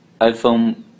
iPhone